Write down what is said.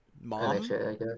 Mom